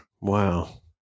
Wow